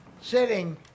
sitting